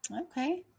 Okay